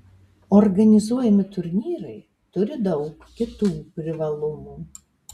organizuojami turnyrai turi daug kitų privalumų